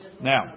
Now